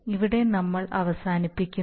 ഇവിടെ നമ്മൾ അവസാനിപ്പിക്കുന്നു